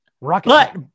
rocket